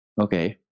Okay